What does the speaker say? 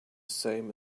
same